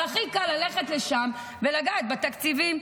אבל הכי קל ללכת לשם ולגעת בתקציבים.